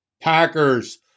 Packers